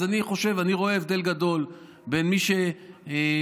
אז אני רואה הבדל גדול בין מי שמכבד,